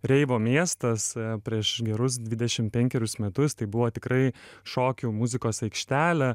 reivo miestas prieš gerus dvidešimt penkerius metus tai buvo tikrai šokių muzikos aikštelė